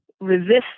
resist